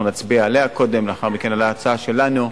אנחנו נצביע עליה קודם, ולאחר מכן על ההצעה שלנו.